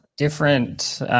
different